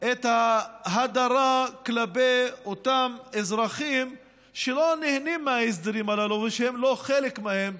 את ההדרה כלפי אותם אזרחים שלא נהנים מההסדרים הללו ושהם לא חלק מהם,